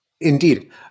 Indeed